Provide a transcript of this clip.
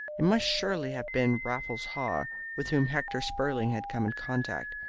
it must surely have been raffles haw with whom hector spurling had come in contact.